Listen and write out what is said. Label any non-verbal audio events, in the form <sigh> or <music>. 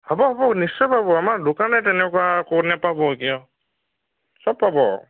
হ'ব হ'ব নিশ্চয় পাব আমাৰ দোকানে তেনেকুৱা <unintelligible> নাপাব নেকি আৰু চব পাব